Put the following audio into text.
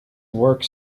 work